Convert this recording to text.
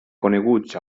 coneguts